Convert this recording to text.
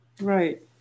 Right